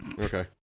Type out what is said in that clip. Okay